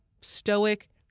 Stoic